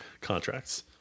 contracts